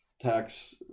tax